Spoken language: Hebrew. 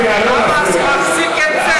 "חמאס" מחזיק כסף,